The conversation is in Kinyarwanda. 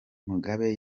mugabe